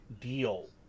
deal